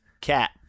Cat